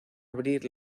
abrir